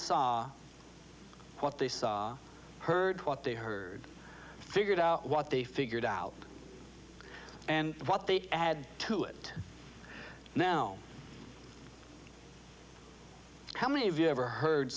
saw what they saw or heard what they heard figured out what they figured out and what they had to it now how many of you ever heard